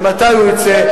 ומתי הוא יוצא,